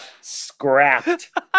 scrapped